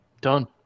Done